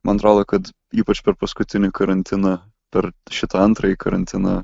man atrodo kad ypač per paskutinį karantiną per šitą antrąjį karantiną